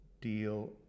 deal